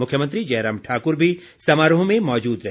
मुख्यमंत्री जयराम ठाकुर भी समारोह में मौजूद रहे